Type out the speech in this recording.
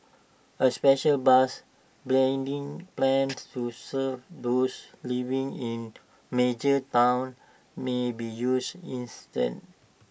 A special bus bridging plans to serve those living in major towns may be used instead